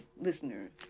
listener